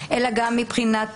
אלא גם מבחינת